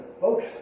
Folks